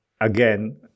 again